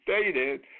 stated